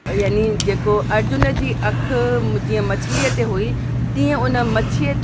यानि जेको अर्जुन जी अखु जीअं मछ्लीअ ते हुई तीअं उन मछीअ